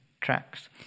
tracks